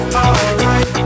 alright